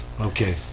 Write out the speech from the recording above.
Okay